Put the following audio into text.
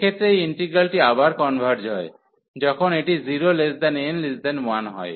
এক্ষেত্রে এই ইন্টিগ্রালটি আবার কনভার্জ হয় যখন এটি 0n1 হয়